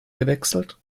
gewechselt